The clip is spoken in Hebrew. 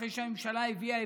אחרי שהממשלה הביאה,